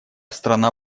страна